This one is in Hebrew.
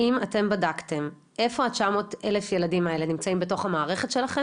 האם אתם בדקתם איפה ה-900 אלף ילדים האלה נמצאים בתוך המערכת שלכם?